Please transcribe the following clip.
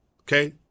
Okay